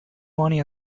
money